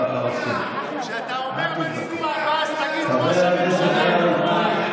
כשאתה אומר "מנסור עבאס" תגיד "ראש הממשלה בפועל".